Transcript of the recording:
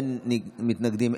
אין מתנגדים,